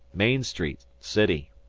main street. city.